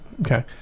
Okay